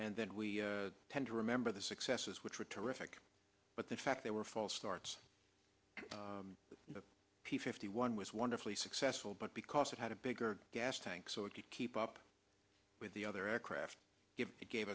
and then we tend to remember the successes which were terrific but the fact they were false starts with a p fifty one was wonderfully successful but because it had a bigger gas tank so it could keep up with the other aircraft it gave